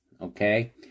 Okay